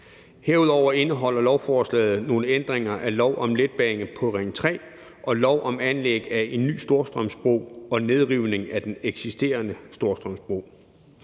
Herudover indeholder lovforslaget nogle ændringer af lov om letbane på Ring 3 og lov om anlæg af en ny Storstrømsbro og nedrivning af den eksisterende Storstrømsbro.